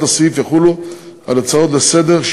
הוראות הסעיף יחולו על הצעות לסדר-היום